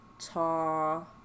tall